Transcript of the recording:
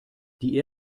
die